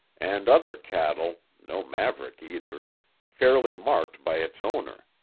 and other cattle no maverick either fairly marked by its owner.